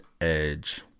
Edge